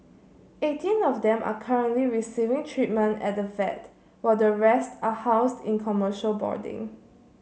eighteen of them are currently receiving treatment at the vet while the rest are housed in commercial boarding